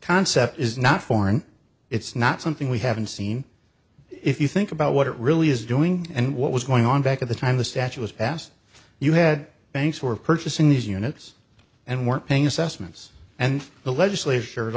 concept is not foreign it's not something we haven't seen if you think about what it really is doing and what was going on back at the time the statue was passed you had banks were purchasing these units and weren't paying assessments and the legislature